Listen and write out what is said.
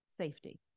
safety